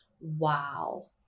wow